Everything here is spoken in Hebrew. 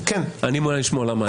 אני מעוניין לשמוע למה אין.